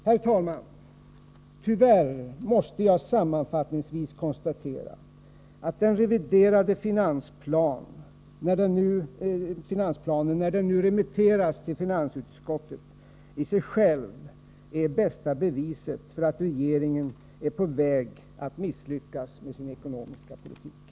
Herr talman! Tyvärr måste jag sammanfattningsvis konstatera att den reviderade finansplanen, när den nu remitteras till finansutskottet, i sig själv är det bästa beviset för att regeringen är på väg att misslyckas med sin ekonomiska politik.